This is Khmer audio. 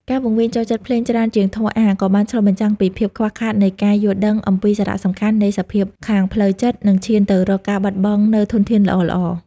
ការវង្វេងចូលចិត្តភ្លេងច្រើនជាងធម៌អាថ៌ ក៏បានឆ្លុះបញ្ចាំងពីភាពខ្វះខាតនៃការយល់ដឹងអំពីសារៈសំខាន់នៃសភាពខាងផ្លូវចិត្ត និងឈានទៅរកការបាត់បងនូវធនធានល្អៗ។